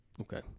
Okay